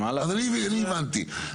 חברים, אני הבנתי.